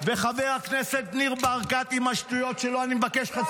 וחבר הכנסת ניר ברקת עם השטויות שלו --- השר ניר ברקת.